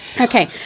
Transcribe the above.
Okay